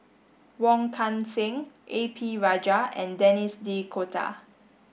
Wong Kan Seng A P Rajah and Denis D'Cotta